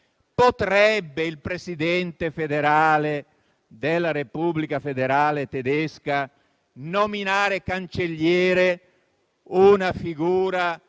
potrebbe il Presidente della Repubblica federale tedesca nominare Cancelliere una